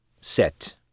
set